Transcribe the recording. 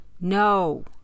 No